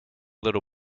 little